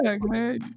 man